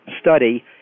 study